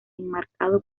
enmarcado